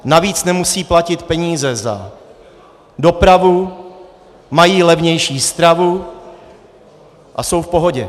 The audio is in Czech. Navíc nemusí platit peníze za dopravu, mají levnější stravu a jsou v pohodě.